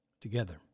Together